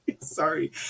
sorry